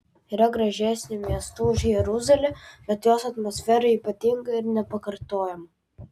yra gražesnių miestų už jeruzalę bet jos atmosfera ypatinga ir nepakartojama